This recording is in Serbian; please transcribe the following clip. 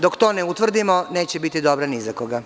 Dok to ne utvrdimo neće biti dobro ni za koga.